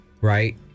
right